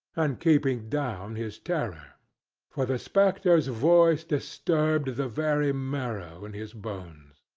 and keeping down his terror for the spectre's voice disturbed the very marrow in his bones.